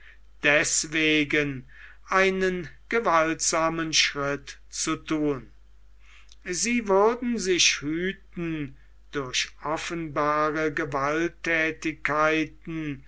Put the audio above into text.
deßwegen einen gewaltsamen schritt zu thun sie würden sich hüten durch offenbare gewalttätigkeiten